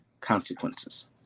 consequences